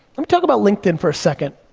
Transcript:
um talk about linkedin for a second.